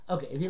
Okay